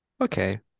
okay